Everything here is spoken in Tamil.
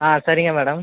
ஆ சரிங்க மேடம்